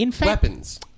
weapons